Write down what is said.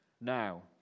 Now